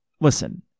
listen